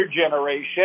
generation